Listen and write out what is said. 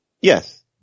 Yes